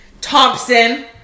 Thompson